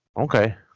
Okay